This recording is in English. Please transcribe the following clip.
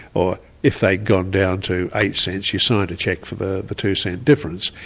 or if they'd gone down to eight cents, you signed a cheque for the the two cent difference.